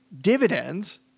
dividends